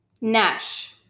Nash